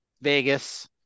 Vegas